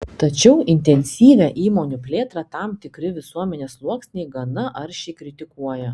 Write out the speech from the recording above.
tačiau intensyvią įmonių plėtrą tam tikri visuomenės sluoksniai gana aršiai kritikuoja